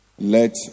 Let